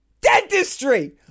Dentistry